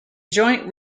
joint